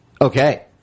Okay